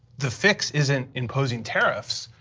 the fix isn't imposing tariffs,